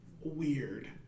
weird